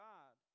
God